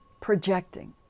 projecting